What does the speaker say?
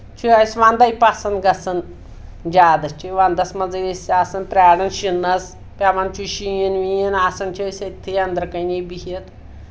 چھُ اَسہِ ونٛدے پسنٛد گژھان زیادٕ چھِ ونٛدس منٛزٕے أسۍ آسان پرٛاران شِنَس پؠوان چھُ شیٖن ویٖن آسان چھِ أسۍ أتتھٕے اندرٕ کنی بِہِتھ